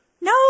No